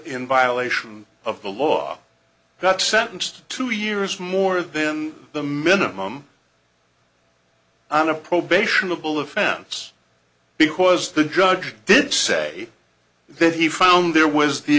in violation of the law that sentenced two years more than the minimum on a probation of bill offense because the judge did say that he found there was the